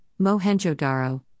Mohenjo-daro